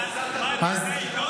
באמצעות ערוץ טלוויזיה?